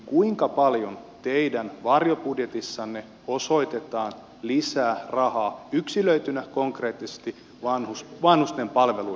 kuinka paljon teidän varjobudjetissanne osoitetaan lisää rahaa yksilöitynä konkreettisesti vanhusten palveluihin